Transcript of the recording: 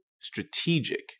strategic